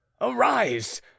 arise